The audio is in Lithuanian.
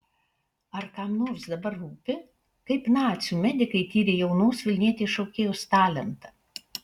ar kam nors dabar rūpi kaip nacių medikai tyrė jaunos vilnietės šokėjos talentą